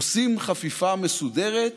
עושים חפיפה מסודרת,